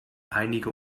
einige